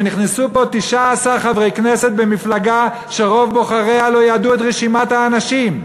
שנכנסו לפה 19 חברי כנסת במפלגה שרוב בוחריה לא ידעו את רשימת האנשים,